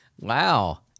Wow